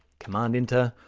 command enter,